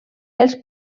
els